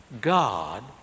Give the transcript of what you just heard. God